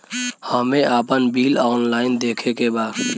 हमे आपन bill online देखे के बा?